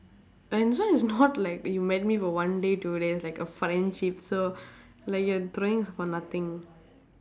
and this one is not like you met me for one day two days like a friendship so like you're throwing is for nothing